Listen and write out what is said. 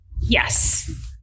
Yes